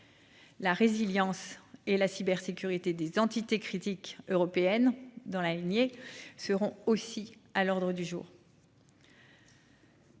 La résilience et la cybersécurité des entités critiques européenne dans la lignée seront aussi à l'ordre du jour.--